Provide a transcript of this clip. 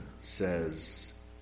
says